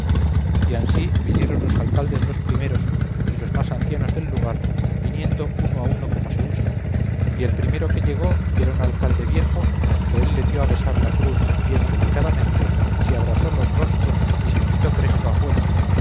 y ansí vinieron los alcaldes los primeros y los más ancianos del lugar viniendo uno a uno como se usa y el primero que llegó que era un alcalde viejo aunque él le dio a besar la cruz bien delicadamente se abrasó los rostros y se quitó presto afuera